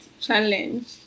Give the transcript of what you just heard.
challenge